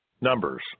numbers